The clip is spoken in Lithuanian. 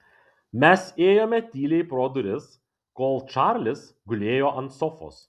mes ėjome tyliai pro duris kol čarlis gulėjo ant sofos